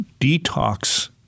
detox